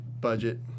budget